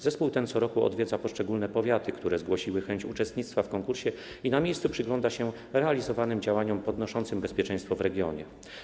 Zespół ten co roku odwiedza poszczególne powiaty, które zgłosiły chęć uczestnictwa w konkursie, i na miejscu przygląda się realizowanym działaniom podnoszącym bezpieczeństwo w regionie.